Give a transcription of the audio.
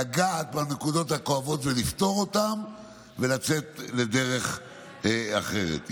לגעת בנקודות הכואבות ולפתור אותן ולצאת לדרך אחרת.